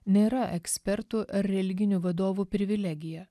nėra ekspertų ar religinių vadovų privilegija